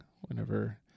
whenever